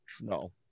no